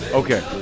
okay